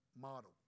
model